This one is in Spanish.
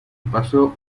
pasó